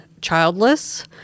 childless